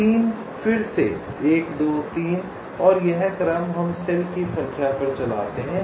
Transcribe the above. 3 फिर से 1 2 3 और यह क्रम हम सेल की संख्या पर चलते हैं